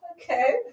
Okay